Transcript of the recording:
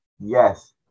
Yes